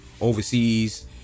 overseas